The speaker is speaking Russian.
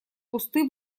кусты